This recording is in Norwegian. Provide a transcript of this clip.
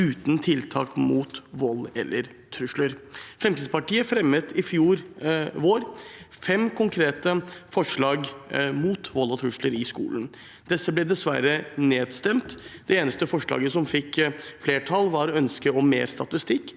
uten tiltak mot vold eller trusler. Fremskrittspartiet fremmet i fjor vår fem konkrete forslag mot vold og trusler i skolen. Disse ble dessverre nedstemt. Det eneste forslaget som fikk flertall, var ønsket om mer statistikk,